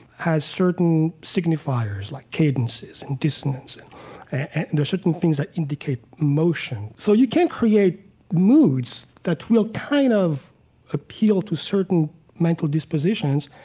has certain signifiers, like cadences, and dissonance, and there's certain things that indicate emotion. so you can create moods that will kind of appeal to certain mental dispositions,